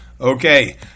Okay